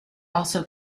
also